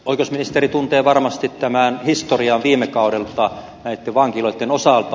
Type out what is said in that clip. oikeusministeri tuntee varmasti tämän historian viime kaudelta näitten vankiloitten osalta